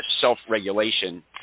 self-regulation